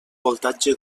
voltatge